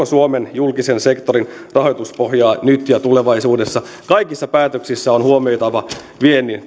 suomen julkisen sektorin rahoituspohjaa nyt ja tulevaisuudessa kaikissa päätöksissä on huomioitava viennin